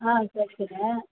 ஆ சரி சரி